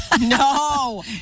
No